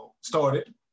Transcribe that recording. started